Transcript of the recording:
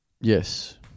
Yes